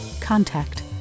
contact